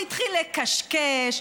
והתחיל לקשקש,